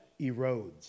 erodes